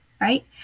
right